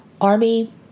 ARMY